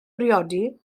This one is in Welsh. briodi